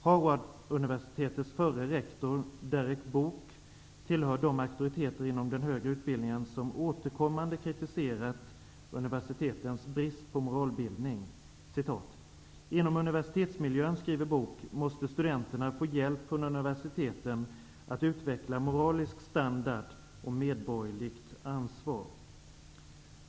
Harvarduniversitetets förre rektor Derek Bok tillhör de auktoriteter inom den högre utbildningen som återkommande kritiserat universitetens brist på moralbildning. ''Inom universitetsmiljön', skriver Bok, ''måste studenterna få hjälp från universiteten att utveckla moralisk standard och medborgerligt ansvar.'